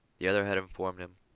the other had informed him,